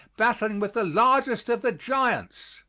battling with the largest of the giants!